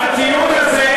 הטיעון הזה,